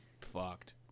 fucked